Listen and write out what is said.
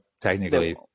technically